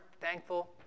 thankful